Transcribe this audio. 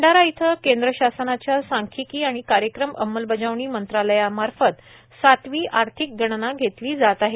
भंडारा इथं केंद्र शासनाच्या सांख्यिकी आणि कार्यक्रम अंमलबजावणी मंत्रालयामार्फत सातवी आर्थिक गणना घेतली जात आहे